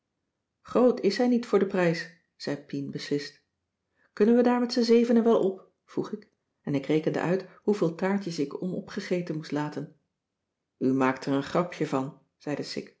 groot is hij niet voor de prijs zei pien beslist kunnen we daar met z'n zevenen wel op vroeg ik en ik rekende uit hoeveel taartjes ik onopgegeten moest laten u maakt er een grapje van zei